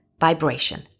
vibration